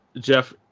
jeff